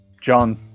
john